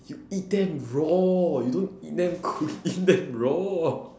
you eat them raw you don't eat them cooked you eat them raw